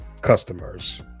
customers